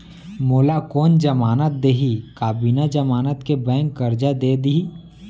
मोला कोन जमानत देहि का बिना जमानत के बैंक करजा दे दिही?